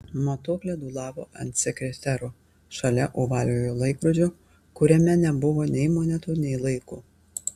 matuoklė dūlavo ant sekretero šalia ovaliojo laikrodžio kuriame nebuvo nei monetų nei laiko